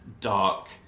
dark